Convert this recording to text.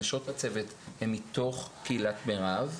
נשות הצוות הן מתוך קהילת מירב,